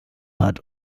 hat